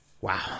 Wow